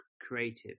creative